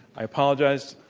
i apologize,